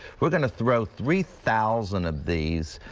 we're going to throw three thousand of these